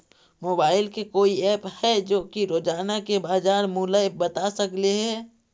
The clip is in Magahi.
मोबाईल के कोइ एप है जो कि रोजाना के बाजार मुलय बता सकले हे?